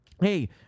Hey